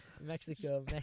Mexico